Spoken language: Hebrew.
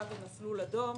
גם במסלול אדום,